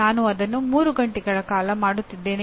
ಇದು ಟಿಎಎಲ್ಇ ಪಠ್ಯದ ರಚನೆ